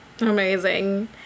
Amazing